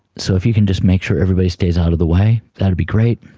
so if you can just make sure everybody stays out of the way, that would be great.